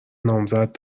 نامزد